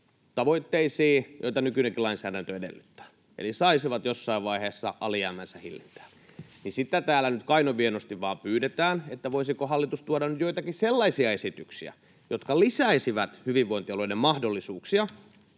tavoitteisiin, joita nykyinenkin lainsäädäntö edellyttää — eli saisivat jossain vaiheessa alijäämänsä hillintään — niin sitä täällä nyt kainon vienosti vain pyydetään, että voisiko hallitus tuoda nyt joitakin sellaisia esityksiä, jotka lisäisivät hyvinvointialueiden mahdollisuuksia